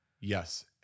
Yes